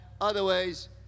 Otherwise